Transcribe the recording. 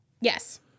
yes